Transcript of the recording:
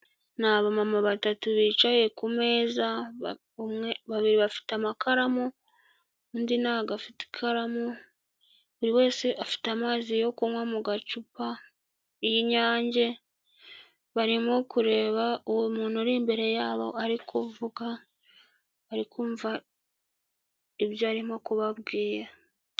Ni abamama batatu bicaye ku meza, babiri bafite amakaramu undi ntago agafite ikaramu, buri wese afite amazi yo kunywa mu gacupa y'Inyange, barimo kureba uwo muntu uri imbere yabo ari kuvuga, baribkumva ibyo arimo kubabwira.